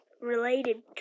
related